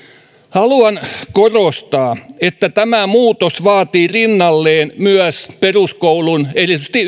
haluan korostaa että tämä muutos vaatii rinnalleen myös peruskoulun erityisesti